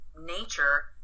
nature